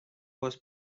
was